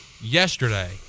yesterday